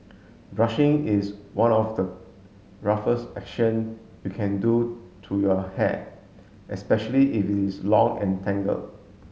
brushing is one of the roughest action you can do to your hair especially if is long and tangle